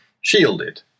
shielded